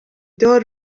دار